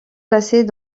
placées